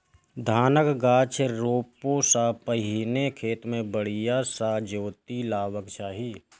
धानक गाछ रोपै सं पहिने खेत कें बढ़िया सं जोति लेबाक चाही